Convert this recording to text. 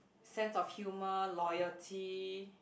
sense of humour loyalty